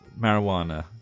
marijuana